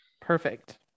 Perfect